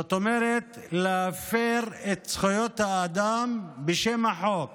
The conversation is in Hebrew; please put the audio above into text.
זאת אומרת להפר את זכויות האדם בשם החוק